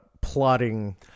plotting